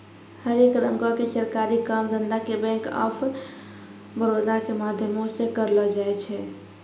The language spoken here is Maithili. हरेक रंगो के सरकारी काम धंधा के बैंक आफ बड़ौदा के माध्यमो से करलो जाय छै